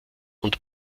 und